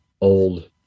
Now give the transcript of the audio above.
old